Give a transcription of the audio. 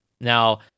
Now